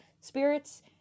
spirits